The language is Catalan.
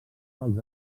dels